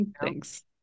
Thanks